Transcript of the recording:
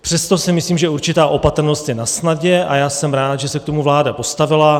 Přesto si myslím, že určitá opatrnost je nasnadě, a jsem rád, že se k tomu vláda postavila.